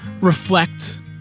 reflect